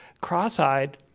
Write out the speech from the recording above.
cross-eyed